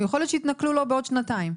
יכול להיות שיתנכלו לו בעוד שנתיים.